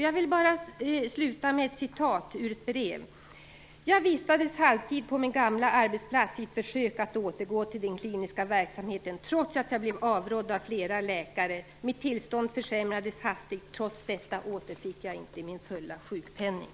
Jag vill till sist anföra ett citat ur ett brev: "Jag vistades halvtid på min gamla arbetsplats i ett försök att återgå till den kliniska verksamheten, trots att jag blev avrådd av flera läkare. Mitt tillstånd försämrades hastigt. Trots detta återfick jag inte min fulla sjukpenning."